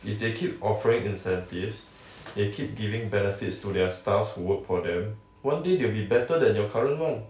if they keep offering incentives they keep giving benefits to their staffs who work for them one day they'll be better than your current one